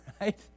right